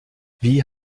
wie